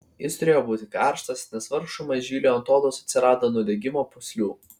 jis turėjo būti karštas nes vargšui mažyliui ant odos atsirado nudegimo pūslių